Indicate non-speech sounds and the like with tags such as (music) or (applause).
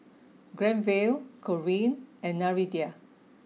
(noise) Granville Corine and Nereida